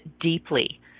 deeply